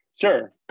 Sure